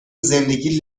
زندگی